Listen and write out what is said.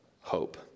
hope